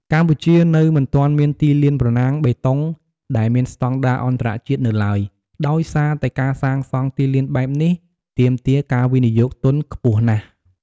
កម្ពុជានៅមិនទាន់មានទីលានប្រណាំងបេតុង ដែលមានស្តង់ដារអន្តរជាតិនៅឡើយ ដោយសារតែការសាងសង់ទីលានបែបនេះទាមទារការវិនិយោគទុនខ្ពស់ណាស់។